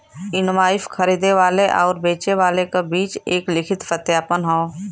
invoice खरीदे वाले आउर बेचे वाले क बीच एक लिखित सत्यापन हौ